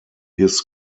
his